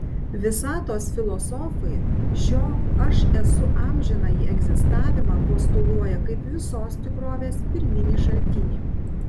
visatos filosofai šio aš esu amžinąjį egzistavimą postuluoja kaip visos tikrovės pirminį šaltinį